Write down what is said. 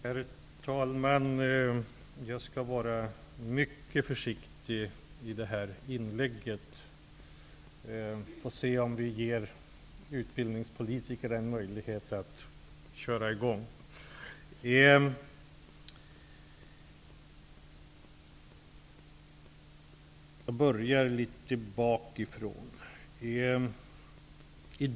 Herr talman! Jag skall vara mycket försiktig i detta inlägg. Vi får se om det ger utbildningspolitikerna en möjlighet att starta sin debatt. Jag börjar bakifrån.